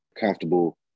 comfortable